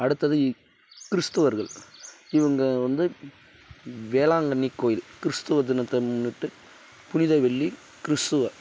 அடுத்தது கிறிஸ்தவர்கள் இவங்க வந்து வேளாங்கண்ணி கோயில் கிறிஸ்துவ தினத்தை முன்னிட்டு புனித வெள்ளி கிறிஸ்துவ